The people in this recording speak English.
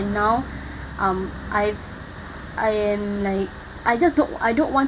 and now um I've I am like I just don't I don't want